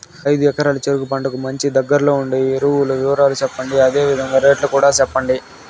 ఐదు ఎకరాల చెరుకు పంటకు మంచి, దగ్గర్లో ఉండే ఎరువుల వివరాలు చెప్పండి? అదే విధంగా రేట్లు కూడా చెప్పండి?